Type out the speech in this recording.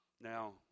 Now